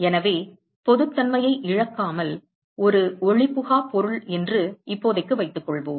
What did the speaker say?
எனவே பொதுத்தன்மையை இழக்காமல் ஒரு ஒளிபுகா பொருள் என்று இப்போதைக்கு வைத்துக்கொள்வோம்